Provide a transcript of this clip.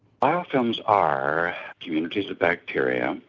biofilms are communities bacteria,